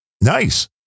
Nice